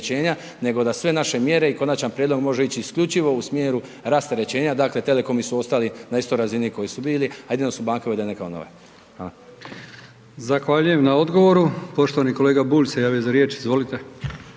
opterećenja nego da sve naše mjere i konačan prijedlog može ići isključivo u smjeru rasterećenja, dakle telekomi su ostali na istoj razini u kojoj su bili, a jedino su banke uvedene kao nove. Hvala. **Brkić, Milijan (HDZ)** Zahvaljujem na odgovoru. Poštovani kolega Bulj se javio za riječ, izvolite.